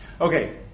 Okay